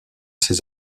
ses